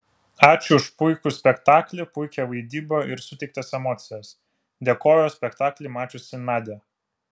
ačiū už puikų spektaklį puikią vaidybą ir suteiktas emocijas dėkojo spektaklį mačiusi nadia